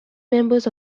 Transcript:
members